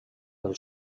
del